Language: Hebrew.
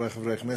חברי חברי הכנסת,